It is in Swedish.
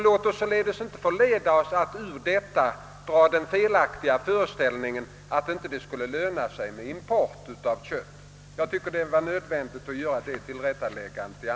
Låt oss således inte förledas att av dessa små växlingar i den danska noteringen dra den felaktiga slutsatsen att det inte skulle löna sig med import av kött. Jag tyckte det var nödvändigt att göra det tillrätta